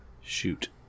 Shoot